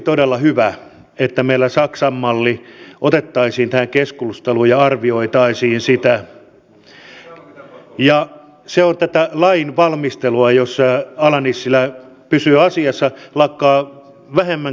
vielä tähän turvallisuusympäristön muutokseen joko todelliseen tai ainakin voisi sanoa näin kriittisemmin osaksi jopa korostettuun puheeseen siitä